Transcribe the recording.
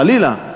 חלילה,